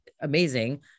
amazing